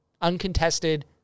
uncontested